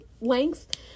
length